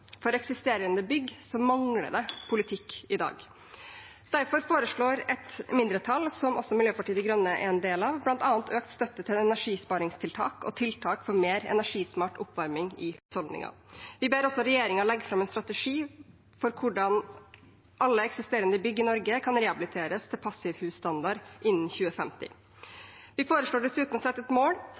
For eksisterende bygg mangler det politikk i dag. Derfor foreslår et mindretall, som også Miljøpartiet De Grønne er en del av, bl.a. økt støtte til energisparingstiltak og tiltak for mer energismart oppvarming i husholdningene. Vi ber også regjeringen legge fram en strategi for hvordan alle eksisterende bygg i Norge kan rehabiliteres til passivhusstandard innen 2050. Vi foreslår dessuten å sette et mål